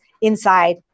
inside